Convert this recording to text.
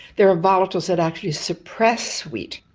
there are volatiles that actually suppress sweet.